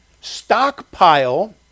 stockpile